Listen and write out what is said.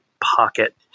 pocket